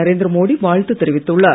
நரேந்திரமோடி வாழ்த்து தெரிவித்துள்ளார்